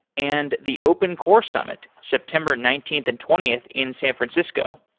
and the open core summit, september nineteenth and twentieth in san francisco.